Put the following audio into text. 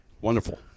Wonderful